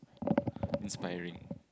inspiring